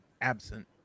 absent